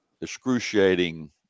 excruciating